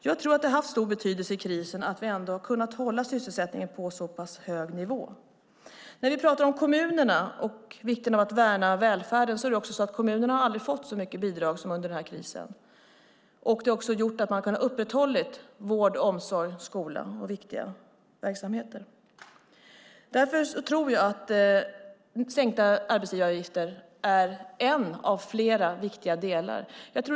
Jag tror att det har haft stor betydelse i krisen att vi ändå har kunnat hålla sysselsättningen på en så pass hög nivå. När vi talar om kommunerna och vikten av att värna välfärden har kommunerna aldrig fått så mycket bidrag som under den här krisen. Det har också gjort att de kunnat upprätthålla vård, skola och omsorg. Jag tror att sänkta arbetsgivaravgifter är en av flera viktiga delar.